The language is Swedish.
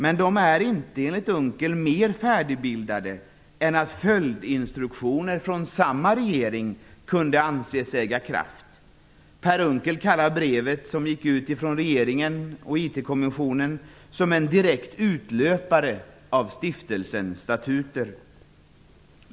Men de är inte, enligt Per Unckel, mer färdigbildade än att följdinstruktioner från samma regering kunde anses äga kraft. Per Unckel kallar brevet som sedan gick ut från regeringen som en direkt utlöpare av stiftelsens statuter.